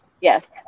Yes